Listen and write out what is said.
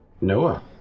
Noah